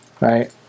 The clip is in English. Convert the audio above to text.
Right